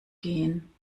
gehen